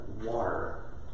water